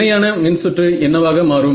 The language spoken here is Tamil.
இணையான மின்சுற்று என்னவாக மாறும்